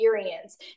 experience